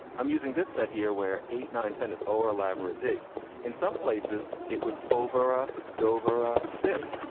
i'm using this set here where eight nineteen is overleverage dig in some places it was hoever ah dover a dick,